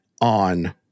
on